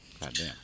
Goddamn